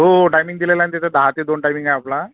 हो टाईमिंग दिलेलं आहे ना त्याचा दहा ते दोन टाईमिंग आहे आपला